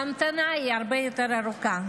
ההמתנה היא הרבה יותר ארוכה.